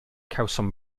cawsom